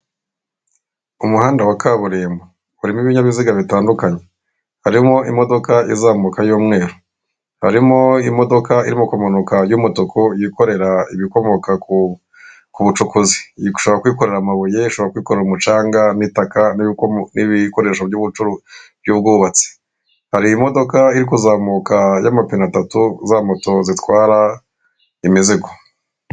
Umuhanda wa kaburimbo urimo ibinyabiziga bitandukanye, harimo imodoka izamuka y'umweru harimo imodoka irimo imanuka y'umutuku yikorera ibikomoka ku bucukuzi, ishobora kwikorera amabuye, ishobora kwikorera umucanga n'itaka n'ibindi bikoresho by'ubucuru by'ubwubatsi. Hari imodoka iri kuzamuka y'amapine atatu, za moto zitwara imizigo.